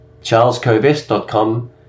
charlescovest.com